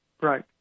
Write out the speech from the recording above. right